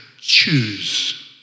choose